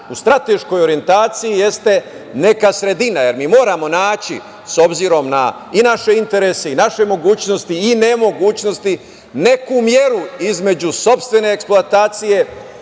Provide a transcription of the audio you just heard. u strateškoj orijentaciji jeste neka sredina, jer mi moramo naći, s obzirom na i naše interese i naše mogućnosti i nemogućnosti, neku meru između sopstvene eksploatacije,